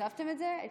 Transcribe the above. הוספתם את זה?